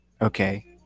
Okay